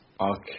Okay